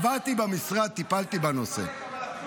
עברתי במשרד, טיפלתי בנושא.